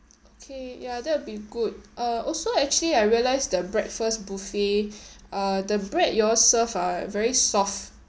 okay ya that would be good uh also actually I realise the breakfast buffet uh the bread you all serve ah very soft